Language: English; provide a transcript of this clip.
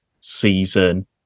season